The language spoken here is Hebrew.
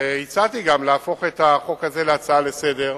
הצעתי גם להפוך את החוק הזה להצעה לסדר-היום,